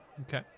Okay